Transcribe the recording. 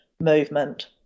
movement